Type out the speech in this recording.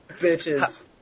bitches